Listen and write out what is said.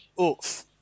Oof